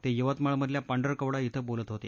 ते यवतमाळमधल्या पांढरकवडा इथं बोलत होते